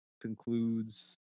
concludes